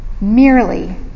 merely